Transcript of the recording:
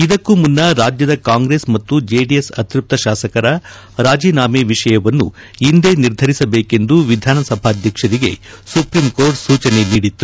ಇದಕ್ಕೂ ಮುನ್ನ ರಾಜ್ಯದ ಕಾಂಗ್ರೆಸ್ ಮತ್ತು ಜೆಡಿಎಸ್ ಅತೃಪ್ತ ಶಾಸಕರ ರಾಜೀನಾಮೆ ವಿಷಯವನ್ನು ಇಂದೇ ನಿರ್ಧರಿಸಬೇಕೆಂದು ವಿಧಾನಸಭಾಧ್ಯಕ್ಷರಿಗೆ ಸುಪ್ರೀಂ ಕೋರ್ಟ್ ಸೂಚನೆ ನೀಡಿತ್ತು